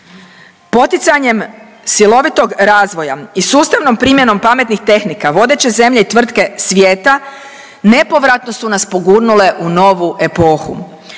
Poticanjem silovitog razvoja i sustavnom primjenom pametnih tehnika, vodeće zemlje i tvrtke svijeta nepovratno su nas pogurnule u novu epohu.